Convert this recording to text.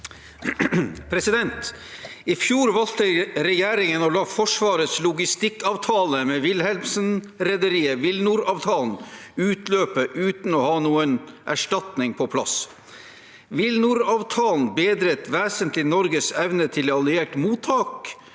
«I fjor valgte regjerin- gen å la Forsvarets logistikkavtale med Wilhelmsen-rederiet, WilNor-avtalen, utløpe uten å ha noen erstatning på plass. WilNor-avtalen bedret vesentlig Norges evne til alliert mottak